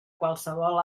qualsevol